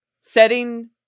setting